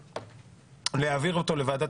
נצביע להעביר את זה לוועדת